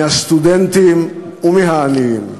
מהסטודנטים ומהעניים.